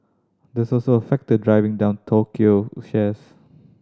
that's also a factor driving down Tokyo shares